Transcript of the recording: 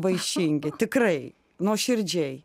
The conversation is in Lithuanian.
vaišingi tikrai nuoširdžiai